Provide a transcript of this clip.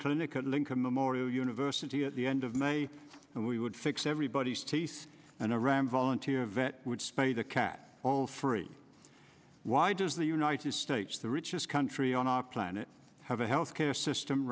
clinic at lincoln memorial university at the end of may and we would fix everybody's teeth and iran volunteer vet would spayed a cat all free why does the united states the richest country on our planet have a health care system